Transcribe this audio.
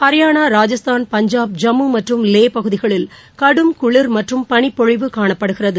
ஹரியானா ராஜஸ்தான் பஞ்சாப் ஜம்முமற்றும் லேபகுதிகளில் கடும் குளிர் மற்றும் பனிப்பொழிவு காணப்படுகிறது